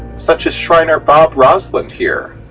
such as shriner bob roslund here.